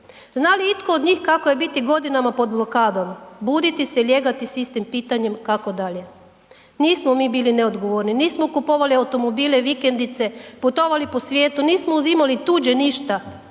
Zna li itko od njih kako je biti godinama pod blokadom, buditi se i lijegati s istim pitanjem kako dalje? Nismo mi bili neodgovorni, nismo kupovali automobile, vikendice, putovali po svijetu, nismo uzimali tuđe ništa,